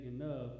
enough